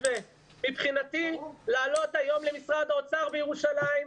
מבחינתי לעלות היום למשרד האוצר בירושלים,